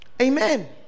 Amen